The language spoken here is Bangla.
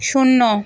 শূন্য